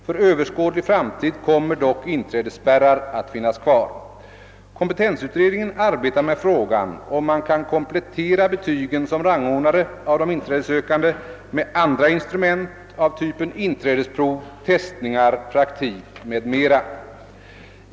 För överskådlig framtid kommer dock inträdesspärrar att finnas kvar. Kompetensutredningen arbetar med frågan om man kan komplettera betygen som rangordnare av de inträdessökande med andra instrument av typen inträdesprov, testningar, praktik m.m.